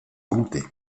comté